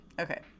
okay